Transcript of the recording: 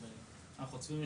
או בהר חוצבים,